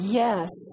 yes